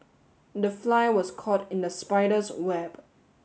the fly was caught in the spider's web